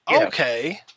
Okay